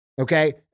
Okay